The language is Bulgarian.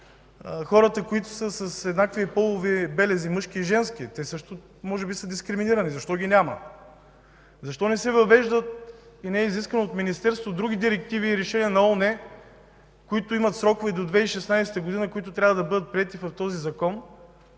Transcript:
хората, които са с еднакви полови белези – мъжки и женски. Те може би също са дискриминирани. Защо ги няма?! Защо не се въвеждат и не са изискани от Министерството други директиви и решения на ООН, които имат срокове до 2016 г. и които трябва да бъдат приети до